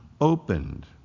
opened